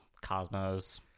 Cosmos